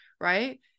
right